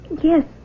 Yes